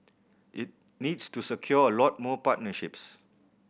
it needs to secure a lot more partnerships